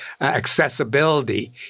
accessibility